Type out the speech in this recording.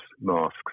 masks